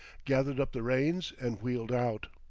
gathered up the reins, and wheeled out.